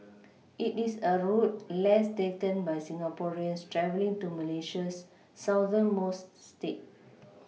it is a route less taken by Singaporeans travelling to Malaysia's southernmost state